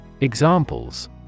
Examples